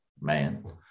Man